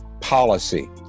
policy